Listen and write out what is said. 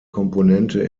komponente